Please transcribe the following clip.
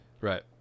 Right